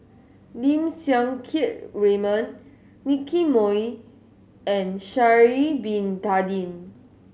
Lim Siang Keat Raymond Nicky Moey and Sha'ari Bin Tadin